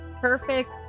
perfect